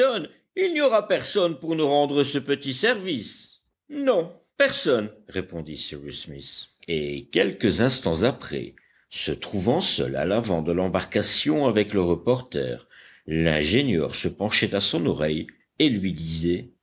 il n'y aura personne pour nous rendre ce petit service non personne répondit cyrus smith et quelques instants après se trouvant seul à l'avant de l'embarcation avec le reporter l'ingénieur se penchait à son oreille et lui disait